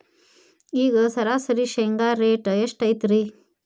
ಈಗ ಸರಾಸರಿ ಶೇಂಗಾ ರೇಟ್ ಎಷ್ಟು ಐತ್ರಿ?